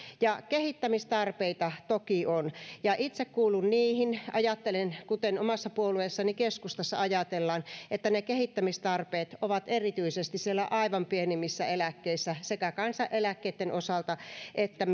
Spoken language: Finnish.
kehittämistarpeita toki on ja itse kuulun niihin jotka ajattelevat kuten omassa puolueessani keskustassa ajatellaan että ne kehittämistarpeet ovat erityisesti siellä aivan pienimmissä eläkkeissä sekä kansaneläkkeitten osalta että